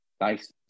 Nice